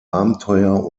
abenteuer